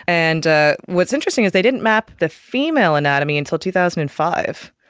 and ah what's interesting is they didn't map the female anatomy until two thousand and five.